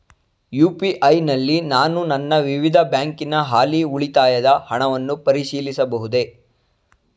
UPI ನಲ್ಲಿ ನಾನು ನನ್ನ ವಿವಿಧ ಬ್ಯಾಂಕಿನ ಹಾಲಿ ಉಳಿತಾಯದ ಹಣವನ್ನು ಪರಿಶೀಲಿಸಬಹುದೇ?